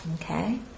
Okay